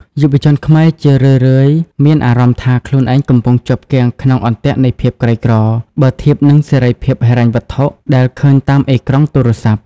យុវជនខ្មែរជារឿយៗមានអារម្មណ៍ថា ខ្លួនឯងកំពុងជាប់គាំងក្នុង "អន្ទាក់នៃភាពក្រីក្រ" បើធៀបនឹងសេរីភាពហិរញ្ញវត្ថុដែលឃើញតាមអេក្រង់ទូរស័ព្ទ។